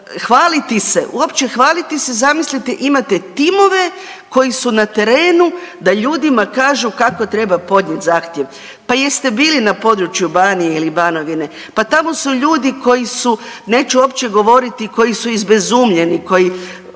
hvaliti se, uopće hvaliti se, zamislite, imate timove koji su na terenu da ljudima kažu kako treba podnijeti zahtjev. Pa jeste bili na području Banije ili Banovine? Pa tamo su ljudi koji su, neću uopće govoriti, koji su izbezumljeni, koji